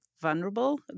vulnerable